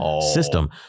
system